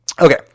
Okay